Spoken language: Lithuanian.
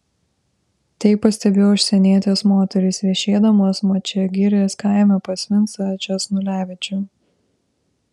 tai pastebėjo užsienietės moterys viešėdamos mančiagirės kaime pas vincą česnulevičių